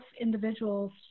individuals